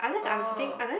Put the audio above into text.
oh